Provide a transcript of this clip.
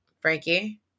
Frankie